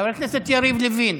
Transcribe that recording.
חבר הכנסת יריב לוין.